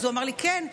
אז הוא אמר לי: כן,